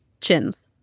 chins